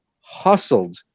hustled